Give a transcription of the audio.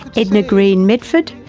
edna greene medford,